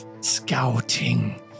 scouting